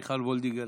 מיכל וולדיגר,